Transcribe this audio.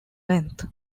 length